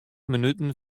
minuten